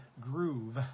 groove